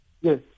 Yes